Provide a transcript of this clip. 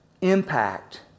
impact